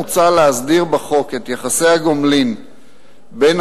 מוצע להסדיר בחוק את יחסי הגומלין בין